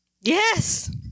Yes